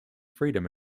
freedom